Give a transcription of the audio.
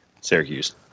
Syracuse